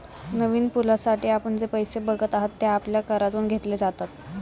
नवीन पुलासाठी आपण जे पैसे बघत आहात, ते आपल्या करातून घेतले जातात